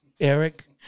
Eric